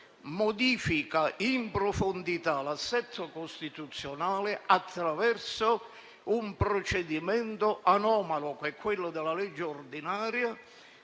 modifica in profondità l'assetto costituzionale attraverso un procedimento anomalo, quello della legge ordinaria,